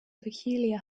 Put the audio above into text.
peculiar